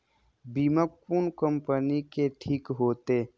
बीमा कोन कम्पनी के ठीक होते?